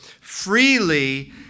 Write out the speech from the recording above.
freely